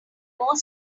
more